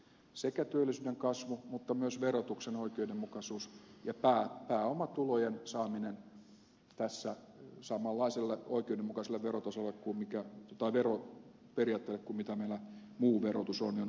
sekä työllisyyden kasvu että myös verotuksen oikeudenmukaisuus ja pääomatulojen saaminen tässä samanlaiselle oikeudenmukaiselle veroperiaatteelle mitä meillä muu verotus on joku mikä toi vero periltä kumitoimella on aika tärkeä asia